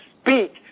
speak